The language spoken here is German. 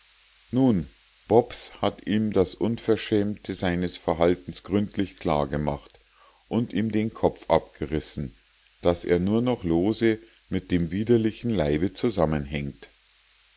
nun bobs hat ihm das unverschämte seines verhaltens gründlich klar gemacht und ihm den kopf abgerissen daß er nur noch lose mit dem widerlichen leibe zusammenhängt